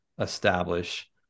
establish